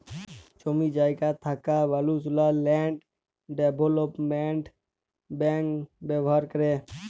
জমি জায়গা থ্যাকা মালুসলা ল্যান্ড ডেভলোপমেল্ট ব্যাংক ব্যাভার ক্যরে